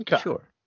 Sure